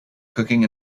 cooking